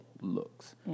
looks